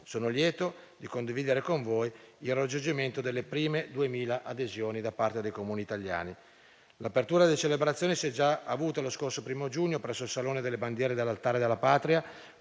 Sono lieto di condividere con voi il raggiungimento delle prime 2.000 adesioni da parte dei Comuni italiani. L'apertura delle celebrazioni si è già avuta lo scorso 1° giugno presso il Salone delle bandiere dell'Altare della Patria,